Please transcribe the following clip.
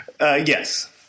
Yes